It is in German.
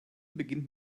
beginnt